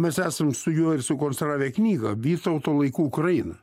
mes esam su juo ir sukonstravę knygą vytauto laikų ukraina